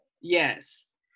yes